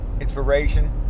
inspiration